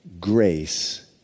grace